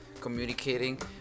communicating